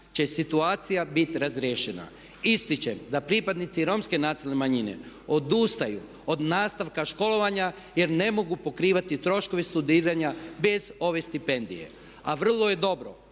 će situacija biti razriješena. Ističem da pripadnici Romske nacionalne manjine odustaju od nastavka školovanja jer ne mogu pokrivati troškove studiranja bez ove stipendije. A vrlo je dobro